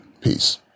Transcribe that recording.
Peace